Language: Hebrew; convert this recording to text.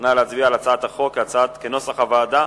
נא להצביע על הצעת החוק, כנוסח הוועדה,